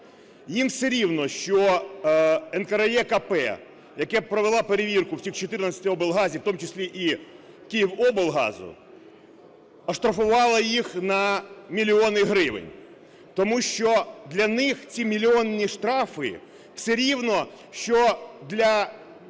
Їм все рівно, що НКРЕКП, яка провела перевірку в тих 14 облгазах, в тому числі і "Київоблгазу", оштрафувала їх на мільйони гривень. Тому що для них ці мільйонні штрафи все рівно, що для